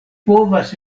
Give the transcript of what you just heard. povas